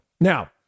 Now